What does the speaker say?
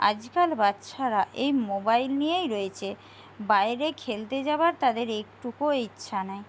আজকাল বাচ্চারা এই মোবাইল নিয়েই রয়েছে বাইরে খেলতে যাবার তাদের একটুকুও ইচ্ছা নেই